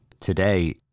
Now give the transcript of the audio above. today